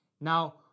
Now